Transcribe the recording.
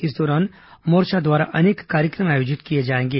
इस दौरान मोर्चा द्वारा अनेक कार्यक्रम आयोजित किए जाएंगे